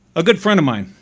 a good friend of mine,